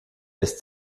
ist